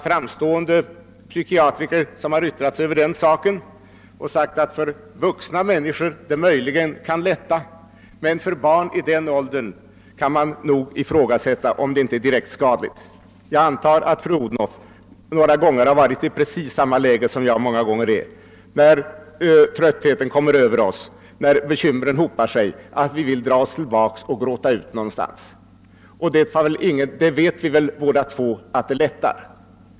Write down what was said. Framstående psykiatriker har yttrat sig om den saken och sagt att för vuxna människor det möjligen kan medföra en lättnad men att det för barn i den åldern nog kan ifrågasättas om det inte är direkt skadligt. Jag antar att fru Odhnoff har varit i precis samma läge som jag många gånger, att när tröttheten kommer över oss, när bekymren hopar sig, vill vi dra oss tillbaka och gråta ut någonstans. Vi vet väl båda två att det lättar.